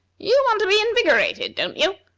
you want to be invigorated, don't you?